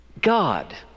God